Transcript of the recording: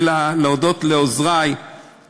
ולהודות לעוזרי,